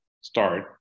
start